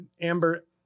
Amber